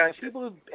people